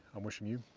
i'm wishing you